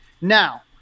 Now